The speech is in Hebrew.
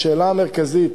השאלה המרכזית